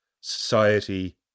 society